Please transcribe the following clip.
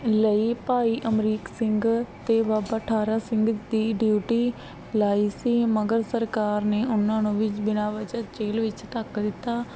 ਲਈ ਭਾਈ ਅਮਰੀਕ ਸਿੰਘ ਅਤੇ ਬਾਬਾ ਠਾਰਾ ਸਿੰਘ ਦੀ ਡਿਊਟੀ ਲਾਈ ਸੀ ਮਗਰ ਸਰਕਾਰ ਨੇ ਉਹਨਾਂ ਨੂੰ ਵੀ ਜ ਬਿਨਾਂ ਵਜ੍ਹਾ ਜੇਲ੍ਹ ਵਿੱਚ ਧੱਕ ਦਿੱਤਾ